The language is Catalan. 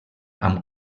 amb